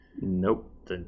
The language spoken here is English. Nope